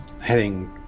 heading